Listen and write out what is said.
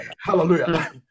Hallelujah